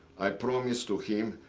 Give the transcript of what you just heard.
i promise to him,